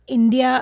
India